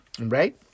Right